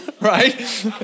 Right